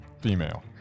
Female